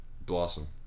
Blossom